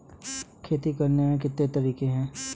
खेती करने के कितने तरीके हैं?